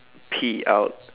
pee out